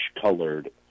colored